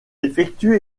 effectue